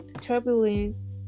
turbulence